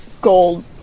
gold